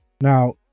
Now